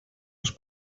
els